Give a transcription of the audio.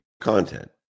content